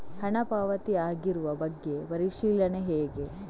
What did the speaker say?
ಹಣ ಪಾವತಿ ಆಗಿರುವ ಬಗ್ಗೆ ಪರಿಶೀಲನೆ ಹೇಗೆ?